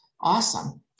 Awesome